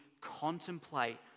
contemplate